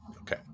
Okay